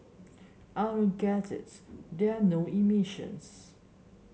I don't get it there are no emissions